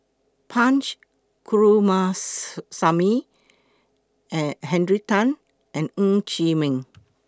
Punch Coomaraswamy Henry Tan and Ng Chee Meng